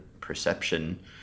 perception